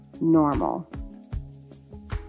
normal